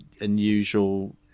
unusual